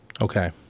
Okay